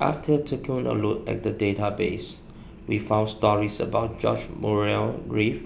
after taking a look at the database we found stories about George Murray Reith